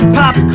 pop